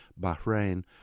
Bahrain